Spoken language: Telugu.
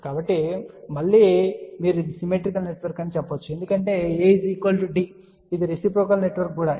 కాబట్టి మళ్ళీ మీరు ఇది సిమెట్రికల్ నెట్వర్క్ అని చెప్పవచ్చు ఎందుకంటే A D ఇది రెసిప్రోకల్ నెట్వర్క్ ఎందుకంటే AD BC 1